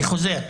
אני חוזר,